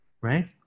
right